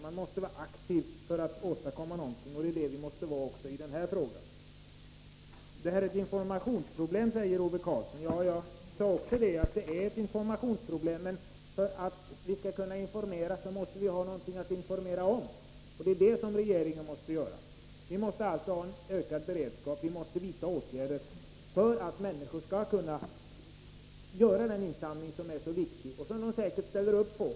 Man måste vara aktiv för att åstadkomma någonting, och det måste vi vara också i den här frågan. Det här är ett informationsproblem, säger Ove Karlsson. Ja, jag sade också att det är ett informationsproblem. Men för att vi skall kunna informera måste vi ha någonting att informera om. Det är på den punkten som det fordras regeringsåtgärder. Vi måste alltså ha en bättre beredskap. Vi måste vidta åtgärder för att människor skall kunna göra den insamling som är så viktig och som de säkert ställer upp på.